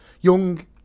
Young